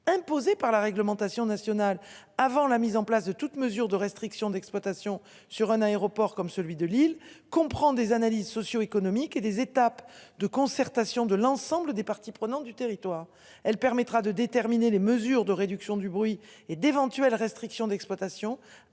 imposée par la réglementation nationale avant la mise en place de toute mesure de restrictions d'exploitation sur un aéroport comme celui de Lille comprend des analyses socio-économiques et des étapes de concertation de l'ensemble des parties prenantes du territoire. Elle permettra de déterminer les mesures de réduction du bruit et d'éventuelles restrictions d'exploitation